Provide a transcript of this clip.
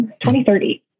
2030